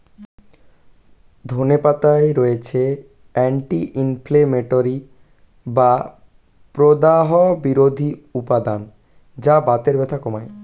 ধনে পাতায় রয়েছে অ্যান্টি ইনফ্লেমেটরি বা প্রদাহ বিরোধী উপাদান যা বাতের ব্যথা কমায়